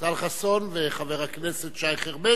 ישראל חסון וחבר הכנסת שי חרמש